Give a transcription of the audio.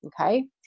Okay